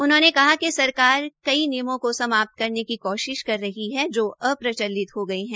उन्होंने कहा कि सरकार कई नियमों को समाप्त् करने की कोशिश कर रही है जो अप्रचलित हो गए है